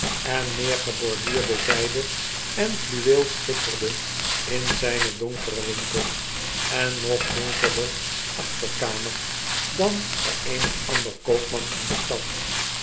en meer geborduurde zyde en fluweel schitterde in zijnen donkeren winkel en nog donkerder achterkamer dan by eenig ander koopman in de stad